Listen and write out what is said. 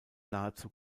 nahezu